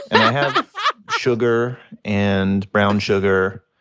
i have sugar and brown sugar,